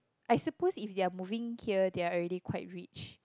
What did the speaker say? I suppose if they moving here they are already quite rich